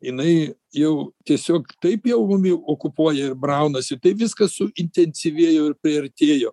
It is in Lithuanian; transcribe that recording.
jinai jau tiesiog taip jau mumi okupuoja ir braunasi taip viskas suintensyvėjo ir priartėjo